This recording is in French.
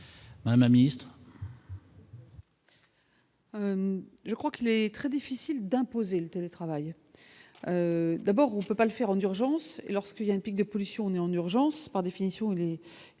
La Ministre. Je crois qu'il est très difficile d'imposer le télétravail, d'abord on peut pas le faire en urgence et lorsqu'il y a un pic de pollution, né en urgence, par définition, il est